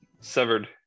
severed